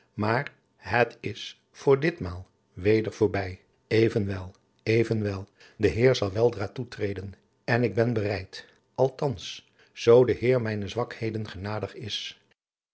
maar het is voor ditmaal weder voorbij evenwel evenwel de heer zal weldra toetreden en ik ben bereid althans zoo de heer mijne zwakheden genadig is